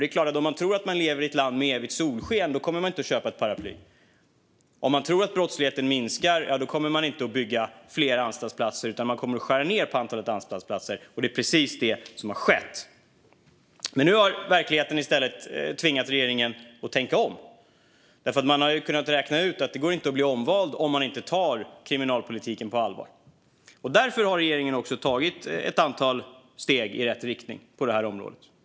Det är klart att om man tror att man lever i ett land med evigt solsken kommer man inte att köpa ett paraply. Om man tror att brottsligheten minskar kommer man inte att bygga fler anstaltsplatser, utan man kommer att skära ned på platserna. Det är precis detta som har skett. Nu har verkligheten tvingat regeringen att tänka om. Man har kunnat räkna ut att det inte går att bli omvald om man inte tar kriminalpolitiken på allvar. Därför har regeringen också tagit ett antal steg i rätt riktning på detta område.